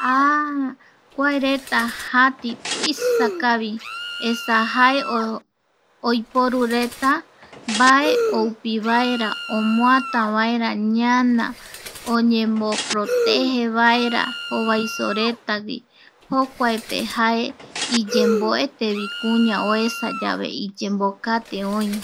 Aah kua reta jati tuisa kavi. esa jae oiporureta mbae oupi vaera omoata vaera ñana, oyemoproteje vaera jovaisogui, jokua pe jae iyemboete kuña oesa yave iyembokate oï.